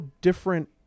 different